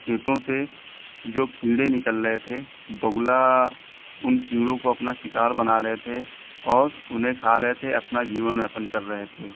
खेतों से जो कीड़े निकल रहे थे बगुला उन कीड़ों को अपना शिकार बना रहे थे और उन्हें खा रहे थे और अपना जीवन यापन कर रहे थे